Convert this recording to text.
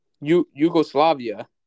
Yugoslavia